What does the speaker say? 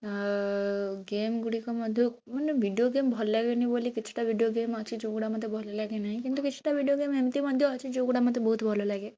ଅ ଗେମ ଗୁଡ଼ିକ ମଧ୍ୟରୁ ମାନେ ଭିଡ଼ିଓ ଗେମ ଭଲ ଲଗେନି ବୋଲି କିଛିଟା ଭିଡ଼ିଓ ଗେମ ଅଛି ଯେଉଁଗୁଡ଼ାକ ମୋତେ ଭଲ ଲାଗେ ନାହିଁ କିନ୍ତୁ କିଛି ଟା ଭିଡ଼ିଓ ଗେମ ଏମତି ମଧ୍ୟ ଅଛି ଯେଉଁ ଗୁଡ଼ାକ ବହୁତ ଭଲ ଲାଗେ